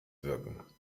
wirken